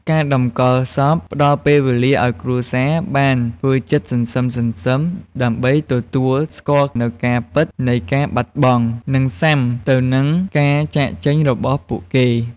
ការតម្កល់សពផ្តល់ពេលវេលាឱ្យគ្រួសារបាន ធ្វើចិត្តសន្សឹមៗ ទទួលស្គាល់នូវការពិតនៃការបាត់បង់ និងស៊ាំទៅនឹងការចាកចេញរបស់ពួកគេ។